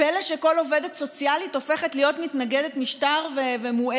פלא שכל עובדת סוציאלית הופכת להיות מתנגדת משטר ומועדת